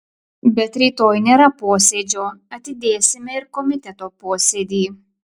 bet rytoj nėra posėdžio atidėsime ir komiteto posėdį